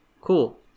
Cool